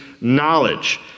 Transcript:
knowledge